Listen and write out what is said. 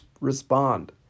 respond